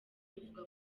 bivuga